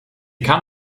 kann